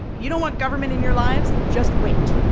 you don't want government in your lives, just wait.